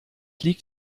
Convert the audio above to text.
liegt